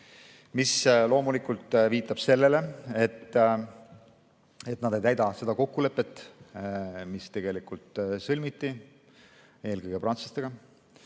See loomulikult viitab sellele, et nad ei täida seda kokkulepet, mis sõlmiti, eelkõige prantslastega.